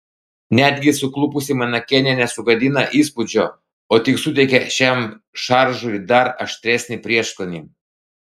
netgi suklupusi manekenė nesugadina įspūdžio o tik suteikia šiam šaržui dar aštresnį prieskonį